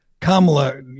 kamala